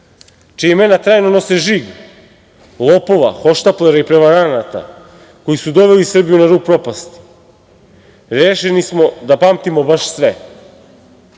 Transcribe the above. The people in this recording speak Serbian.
čija imena trajno nose žig lopova, hohštaplera i prevaranata koji su doveli Srbiju na rub propasti, rešeni smo da pamtimo baš sve.